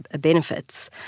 benefits